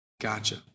Gotcha